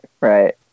right